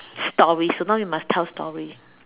story so now you must tell story